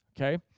Okay